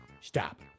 Stop